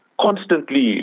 constantly